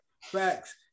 Facts